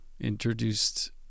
introduced